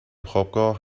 خوابگاه